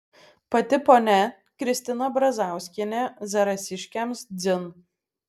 pati ponia kristina brazauskienė zarasiškiams dzin